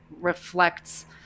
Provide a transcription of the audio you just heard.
reflects